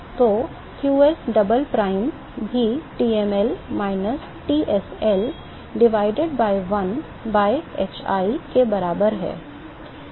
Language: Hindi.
तो qsdouble prime भी TmL minus TsL divided by 1 by hi के बराबर है